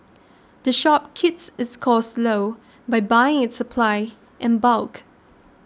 the shop keeps its costs low by buying its supplies in bulk